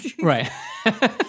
Right